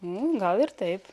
nu gal ir taip